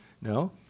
No